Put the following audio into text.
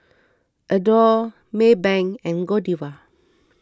Adore Maybank and Godiva